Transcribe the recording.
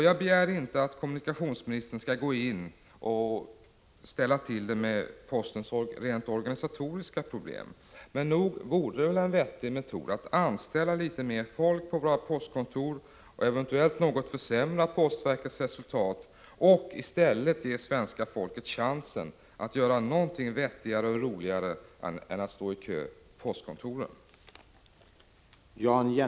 Jag begär inte att kommunikationsministern skall gå in och ordna med postens rent organisatoriska problem, men nog vore det väl en vettig metod att anställa litet mer folk på våra postkontor och eventuellt försämra postverkets resultat något, för att ge svenska folket en chans att göra någonting vettigare och roligare än att stå i kö på postkontoren.